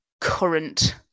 current